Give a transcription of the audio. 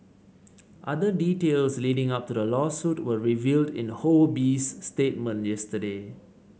other details leading up to the lawsuit were revealed in Ho Bee's statement yesterday